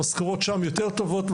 המשכורות שם יותר טובות,